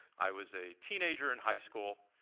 i was a teenager in high school.